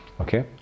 Okay